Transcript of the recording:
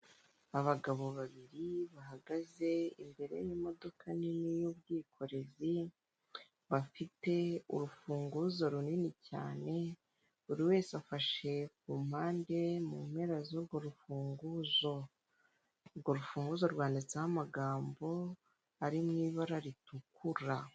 Abagabo babiri bahagaze imbere y'imodoka nini y'ubwikorezi, bafite urufunguzo runini cyane buri wese afashe kumpande mu mpera zurwo rufunguzo, urwo rufunguzo rwanditseho amagambo ari mw'ibara ritukura.